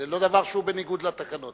זה לא דבר שהוא בניגוד לתקנון.